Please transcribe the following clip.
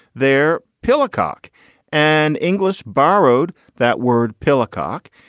their pill acok and english borrowed that word pill acok.